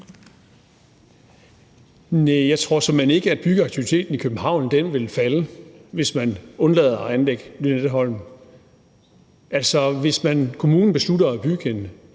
jeg tror såmænd ikke, at byggeaktiviteten i København vil falde, hvis man undlader at anlægge Lynetteholmen. Hvis kommunen beslutter at bygge en